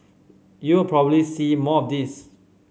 you probably see more of this